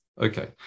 Okay